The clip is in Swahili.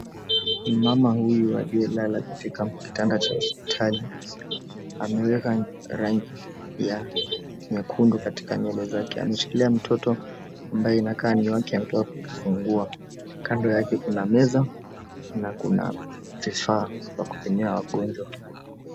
Mama huyu aliyelala katika kitanda cha hospitali ame weka rangi nyekundu katika nywele zake ameshikilia mtoto ambaye anakaa ni wake ametoka kujifungua kando yake kuna meza na kuna vifaa vya kupimia wagonjwa.